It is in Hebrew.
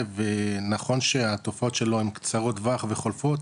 ונכון שהתופעות שלו הם קצרות טווח וחולפות,